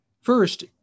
First